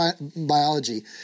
biology